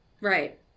right